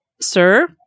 sir